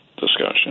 discussion